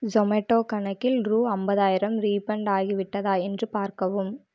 ஜொமேட்டோ கணக்கில் ரூ ஐம்பதாயிரம் ரீஃபண்ட் ஆகிவிட்டதா என்று பார்க்கவும்